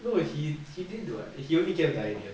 no he did he did [what] he only came out with the idea